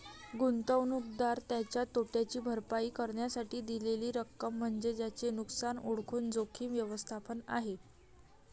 गुंतवणूकदार त्याच्या तोट्याची भरपाई करण्यासाठी दिलेली रक्कम म्हणजे त्याचे नुकसान ओळखून जोखीम व्यवस्थापन आहे